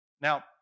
Now